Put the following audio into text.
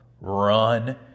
Run